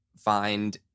find